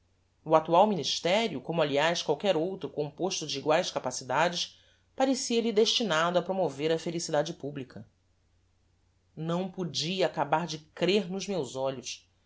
o actual ministerio como aliás qualquer outro composto de eguaes capacidades parecia-lhe destinado a promover a felicidade publica não podia acabar de crer nos meus olhos